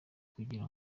kugira